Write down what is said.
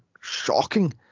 shocking